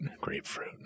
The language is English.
Grapefruit